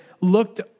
looked